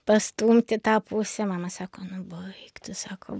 pastumt į tą pusę mama sako nu baik tu sako